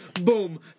boom